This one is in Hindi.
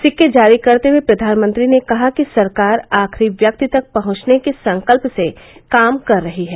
सिक्के जारी करते हुए प्रधानमंत्री ने कहा कि सरकार आखिरी व्यक्ति तक पहुंचने के संकल्प से काम कर रही है